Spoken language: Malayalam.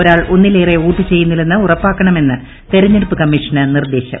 ഒരാൾ ഒന്നിലേറെ വോട്ട് ചെയ്യുന്നില്ലെന്ന് ഉറപ്പാക്കണമെന്ന് തിരഞ്ഞെടുപ്പ് കമ്മീഷന് നിർദ്ദേശം